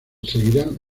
seguirían